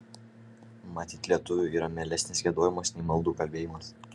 matyt lietuviui yra mielesnis giedojimas nei maldų kalbėjimas